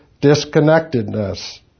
disconnectedness